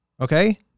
Okay